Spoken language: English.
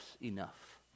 enough